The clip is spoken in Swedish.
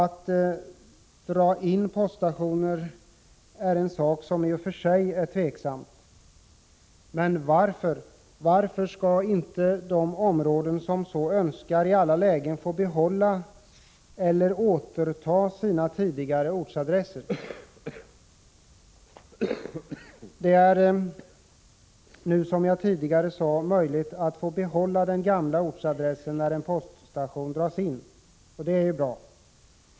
En indragning av en poststation är i sig en diskutabel åtgärd, och varför skall inte de områden som så önskar, i alla lägen få behålla eller återta en tidigare ortsadress? Det är nu, som jag tidigare sade, möjligt för en ort att få behålla den gamla ortsadressen när en poststation dras in, och det är bra.